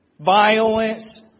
Violence